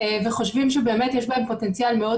וחושבים שבאמת יש בהן פוטנציאל מאוד